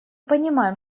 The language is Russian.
понимаем